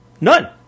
None